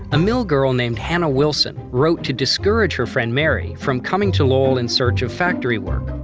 a mill girl named hannah wilson wrote to discourage her friend mary from coming to lowell in search of factory work.